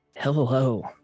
Hello